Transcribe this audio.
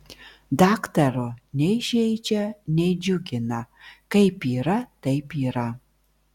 daktaro nei žeidžia nei džiugina kaip yra taip yra